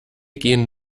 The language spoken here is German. gehen